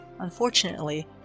Unfortunately